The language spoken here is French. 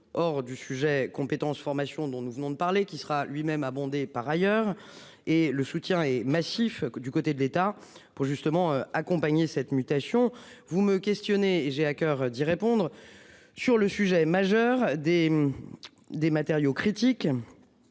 hors du sujet compétences, formation dont nous venons de parler, qui sera lui-même abondé par ailleurs et le soutien est massif du côté de l'État pour justement accompagner cette mutation vous me questionnez. J'ai à coeur d'y répondre sur le sujet majeur des. Des matériaux critiques.